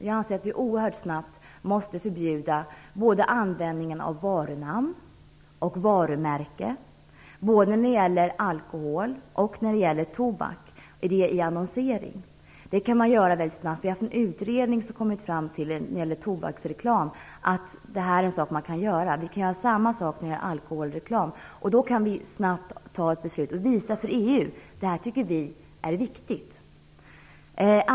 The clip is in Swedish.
Jag anser att vi snabbt måste förbjuda användningen av både varunamn och varumärken i annonsering om både alkohol och tobak. Det kan man göra väldigt snabbt. En utredning har när det gäller tobaksreklam kommit fram till att detta är något man kan göra. Vi kan göra samma sak med alkoholreklamen. Vi kan ta ett snabbt beslut och visa för EU att vi tycker att det här är viktigt.